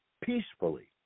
peacefully